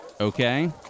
Okay